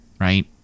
right